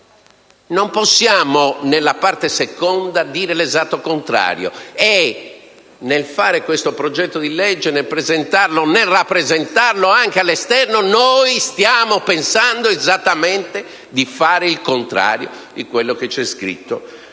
non possiamo, nella Parte II, dire l'esatto contrario. E nel fare questo progetto di legge, nel presentarlo, nel rappresentarlo all'esterno, noi stiamo pensando esattamente di fare il contrario di quello che c'è scritto